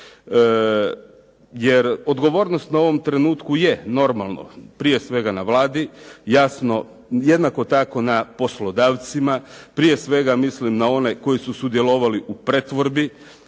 Jer odgovornost u ovom trenutku je normalno prije svega na Vladi, jednako tako na poslodavcima, prije svega mislim na one koji su sudjelovali u pretvorbi,